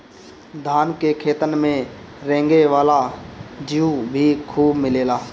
धान के खेतन में रेंगे वाला जीउ भी खूब मिलेलन